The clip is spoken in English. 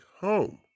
home